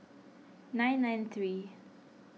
nine nine three